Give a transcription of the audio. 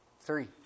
three